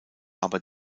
aber